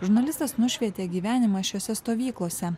žurnalistas nušvietė gyvenimą šiose stovyklose